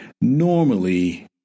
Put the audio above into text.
normally